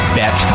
bet